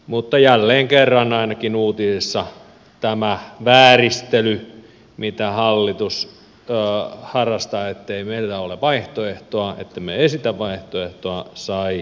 mutta jälleen kerran ainakin uutisissa tämä vääristely mitä hallitus harrastaa ettei meillä ole vaihtoehtoa ettemme esitä vaihtoehtoa sai jalansijaa